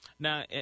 Now